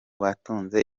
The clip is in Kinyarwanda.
batunze